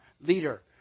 leader